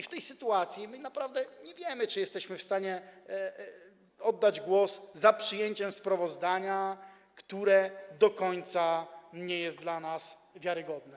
W tej sytuacji my naprawdę nie wiemy, czy jesteśmy w stanie oddać głos za przyjęciem sprawozdania, które nie do końca jest dla nas wiarygodne.